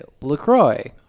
LaCroix